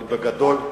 אבל בגדול,